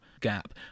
gap